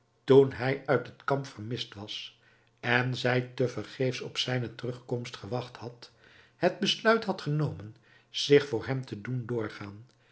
toen hij uit het kamp vermist was en zij te vergeefs op zijne terugkomst gewacht had het besluit had genomen zich voor hem te doen doorgaan